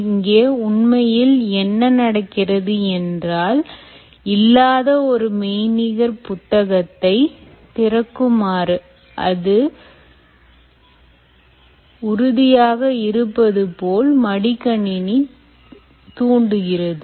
இங்கே உண்மையில் என்ன நடக்கிறது என்றால் இல்லாத ஒரு மெய்நிகர் புத்தகத்தை திறக்குமாறு அது உறுதியாக இருப்பது போல் மடிக்கணினி தூண்டுகிறது